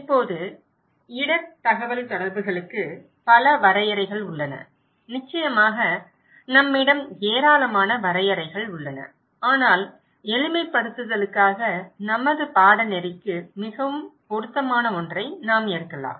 இப்போது இடர் தகவல்தொடர்புகளுக்கு பல வரையறைகள் உள்ளன நிச்சயமாக நம்மிடம் ஏராளமான வரையறைகள் உள்ளன ஆனால் எளிமைப்படுத்துதலுக்காக நமது பாடநெறிக்கு மிகவும் பொருத்தமான ஒன்றை நாம் எடுக்கலாம்